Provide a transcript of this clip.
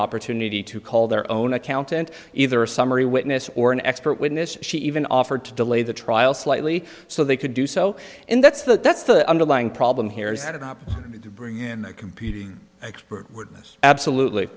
opportunity to call their own accountant either a summary witness or an expert witness she even offered to delay the trial slightly so they could do so and that's the that's the underlying problem here is that it up to bring in the computer expert witness absolutely